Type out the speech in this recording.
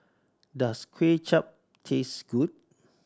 does Kway Chap taste good